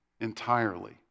entirely